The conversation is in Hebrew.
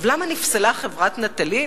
למה נפסלה חברת "נטלי"?